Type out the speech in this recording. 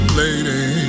lady